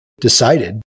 decided